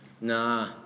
Nah